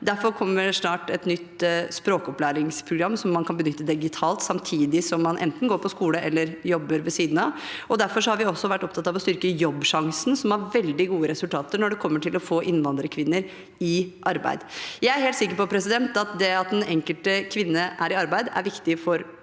Derfor kommer snart et nytt språkopplæringsprogram, som man kan benytte digitalt samtidig som man enten går på skole eller jobber ved siden av, og derfor har vi også vært opptatt av å styrke Jobbsjansen, som har veldig gode resultater når det gjelder å få innvandrerkvinner i arbeid. Jeg er helt sikker på at det at den enkelte kvinne er i arbeid, er viktig for henne,